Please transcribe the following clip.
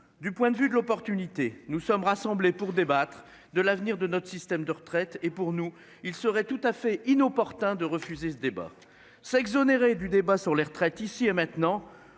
du point de vue de l'opportunité nous sommes rassemblés pour débattre de l'avenir de notre système de retraite et pour nous il serait tout à fait inopportun de refuser ce débat s'exonérer du débat sur les retraites, ici et maintenant.